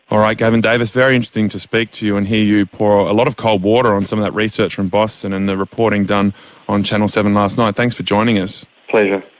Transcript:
all right gavin davis, very interesting to speak to you and here you pour a lot of cold water on some of that research from boston and the reporting done on channel seven last night. thanks for joining us. pleasure.